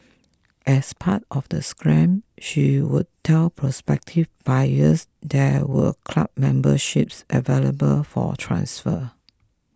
as part of the scam she would tell prospective buyers there were club memberships available for transfer